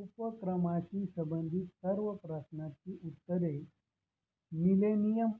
उपक्रमाशी संबंधित सर्व प्रश्नांची उत्तरे मिलेनियम